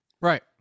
Right